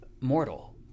mortal